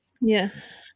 Yes